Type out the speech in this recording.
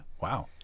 Wow